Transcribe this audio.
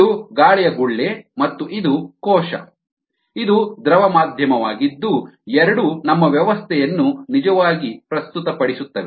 ಇದು ಗಾಳಿಯ ಗುಳ್ಳೆ ಮತ್ತು ಇದು ಕೋಶ ಇದು ದ್ರವ ಮಾಧ್ಯಮವಾಗಿದ್ದು ಎರಡೂ ನಮ್ಮ ವ್ಯವಸ್ಥೆಯನ್ನು ನಿಜವಾಗಿ ಪ್ರಸ್ತುತಪಡಿಸುತ್ತವೆ